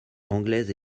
anglaise